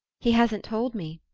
he hasn't told me.